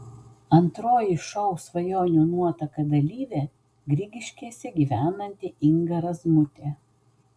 antroji šou svajonių nuotaka dalyvė grigiškėse gyvenanti inga razmutė